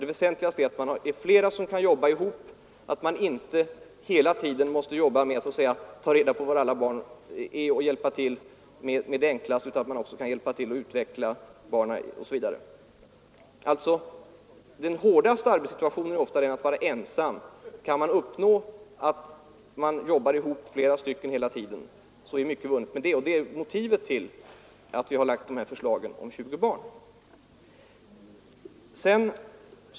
Det väsentliga är att flera kan jobba ihop, att man inte hela tiden är ensam om att hålla reda på var barnen är och bara kunna hjälpa till med det allra enklaste utan att man också kan hjälpa till med att utveckla barnen. Den hårdaste arbetssituationen är alltså ofta att vara ensam. Kan man uppnå att flera jobbar ihop hela tiden är mycket vunnet. Det är motivet till att vi har lagt förslaget om 20 barn.